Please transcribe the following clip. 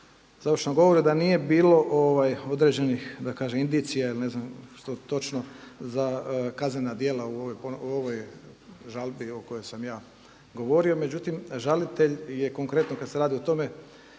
završnom govoru da nije bilo određenih indicija ili ne znam što točno za kaznena djela u ovoj žalbi o kojoj sam ja govorio, međutim žalitelj je konkretno kada se radi o tome